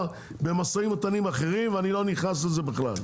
במשאים ומתנים אחרים ואני לא נכנס לזה בכלל.